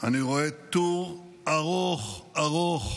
אני רואה טור ארוך ארוך